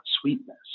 sweetness